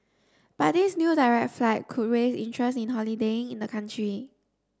but this new direct flight could raise interest in holidaying in the country